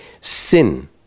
Sin